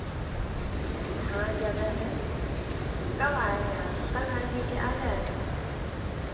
अच्छा हाँ जगह है कब आए हैं आप कल आए हैं कि आज आए हैं